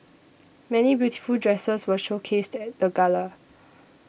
many beautiful dresses were showcased at the gala